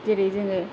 जेरै जोङो